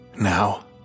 now